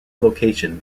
location